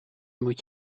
moet